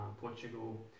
Portugal